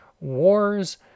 Wars